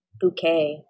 Bouquet